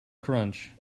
crunch